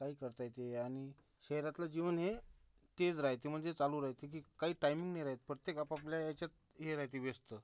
काही करता येते आणि शहरातलं जीवन हे तेज राहते म्हणजे चालू राहते की काही टायमिंग नाही रहात प्रत्येक आपापल्या ह्याच्यात हे राहते व्यस्त